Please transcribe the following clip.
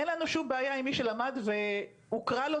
אין לנו שום בעיה עם מי שלמד והוכרה לו